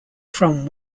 from